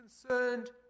concerned